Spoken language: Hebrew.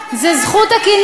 בואו